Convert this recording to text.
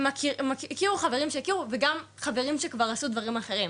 הם הכירו חברים שהכירו וגם חברים שכבר עשו דברים אחרים,